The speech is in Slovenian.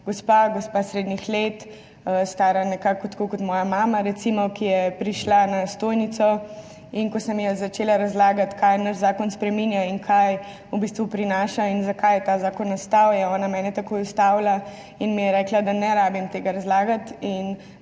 ena gospa srednjih let, stara približno toliko kot moja mama, recimo. Prišla je na stojnico, in ko sem ji začela razlagati, kaj naš zakon spreminja in kaj v bistvu prinaša in zakaj je ta zakon nastal, je ona mene takoj ustavila in mi je rekla, da ne rabim tega razlagati,